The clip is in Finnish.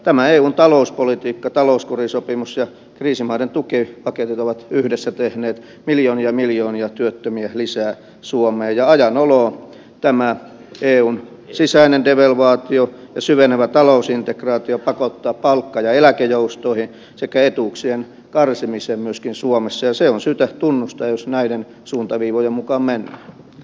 tämä eun talouspolitiikka talouskurisopimus ja kriisimaiden tukipaketit ovat yhdessä tehneet miljoonia miljoonia työttömiä lisää ja ajan oloon tämä eun sisäinen devalvaatio ja syvenevä talousintegraatio pakottavat palkka ja eläkejoustoihin sekä etuuksien karsimiseen myöskin suomessa ja se on syytä tunnustaa jos näiden suuntaviivojen mukaan mennään